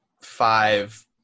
five